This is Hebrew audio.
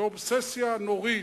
באובססיה נוריד,